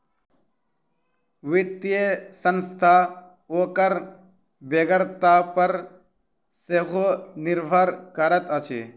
वित्तीय संस्था ओकर बेगरता पर सेहो निर्भर करैत अछि